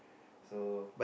so